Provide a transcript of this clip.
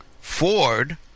Ford